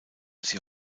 sie